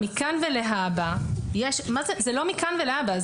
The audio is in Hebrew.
זה לא מכאן ולהבא,